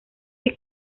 que